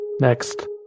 Next